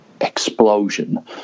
explosion